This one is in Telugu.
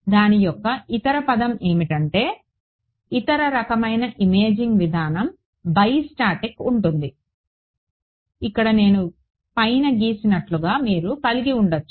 దాని యొక్క ఇతర పదం ఏమిటంటే ఇతర రకమైన ఇమేజింగ్ విధానం బై స్టాటిక్ ఉంటుంది ఇక్కడ నేను పైన గీసినట్లుగా మీరు కలిగి ఉండవచ్చు